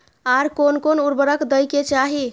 आर कोन कोन उर्वरक दै के चाही?